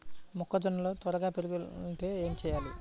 మొక్కజోన్న త్వరగా పెరగాలంటే ఏమి చెయ్యాలి?